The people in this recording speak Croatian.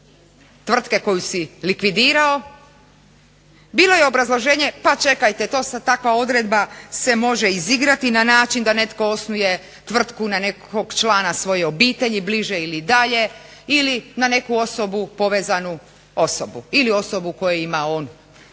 tvrtke koju si likvidirao. Bilo je obrazloženje pa čekajte takva odredba se može izigrati na način da netko osnuje tvrtku na nekog člana svoje obitelji, bliže ili dalje ili na neku osobu, povezanu osobu ili osobu u koju ima on